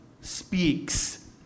speaks